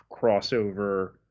crossover